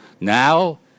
Now